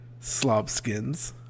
slobskins